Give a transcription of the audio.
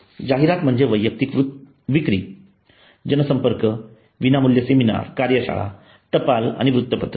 जाहिरात म्हणजे वैयक्तिक विक्री जनसंपर्क विनामूल्य सेमिनार कार्यशाळा टपाल आणि वृत्तपत्रे